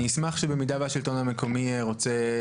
אני אשמח שבמידה שהשלטון המקומי רוצה